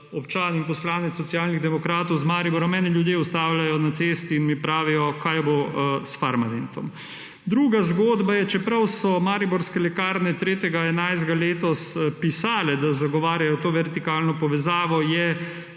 občana in poslanca Socialnih demokratov iz Maribora me ljudje ustavljajo na cesti in mi pravijo, kaj bo s Farmadentom. Druga zgodba je, čeprav so Mariborske lekarne 3. 11. letos pisale, da zagovarjajo to vertikalno povezavo, je